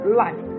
life